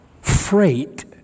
freight